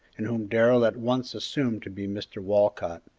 and whom darrell at once assumed to be mr. walcott,